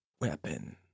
weapon